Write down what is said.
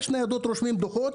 רושמות דוחות,